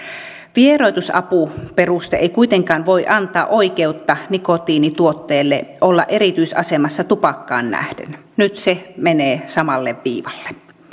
vieroitusapuperuste ei kuitenkaan voi antaa oikeuttaa nikotiinituotteelle olla erityisasemassa tupakkaan nähden nyt se menee samalle viivalle